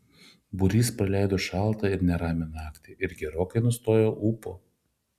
būrys praleido šaltą ir neramią naktį ir gerokai nustojo ūpo